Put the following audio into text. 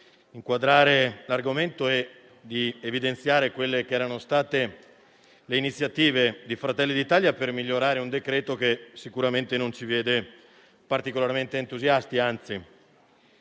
inquadrare l'argomento e di evidenziare le iniziative di Fratelli d'Italia, per migliorare un decreto-legge, che sicuramente non ci vede particolarmente entusiasti.